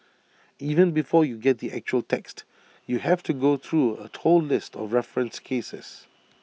even before you get to the actual text you have to go through A whole list of referenced cases